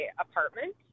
apartment